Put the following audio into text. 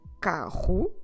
carro